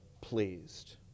pleased